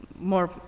more